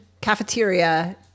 cafeteria